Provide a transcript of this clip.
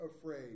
afraid